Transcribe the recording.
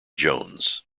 jones